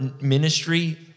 ministry